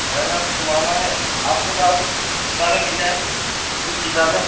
میرا نام ثمامہ ہے آپ کے پاس کتابیں مل جائیں گی کچھ کتابیں